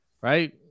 right